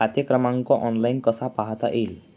खाते क्रमांक ऑनलाइन कसा पाहता येईल?